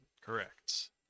Correct